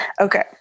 Okay